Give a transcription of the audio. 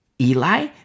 Eli